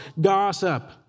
gossip